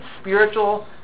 spiritual